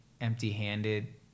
empty-handed